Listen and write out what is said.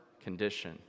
condition